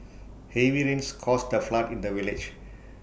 heavy rains caused A flood in the village